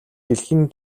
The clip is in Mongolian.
дэлхийн